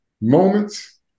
moments